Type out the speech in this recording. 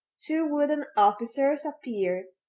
two wooden officers appeared,